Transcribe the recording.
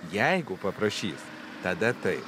jeigu paprašys tada taip